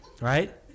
Right